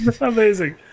Amazing